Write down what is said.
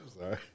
Sorry